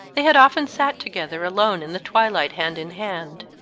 they had often sat to gether alone in the twilight hand in hand.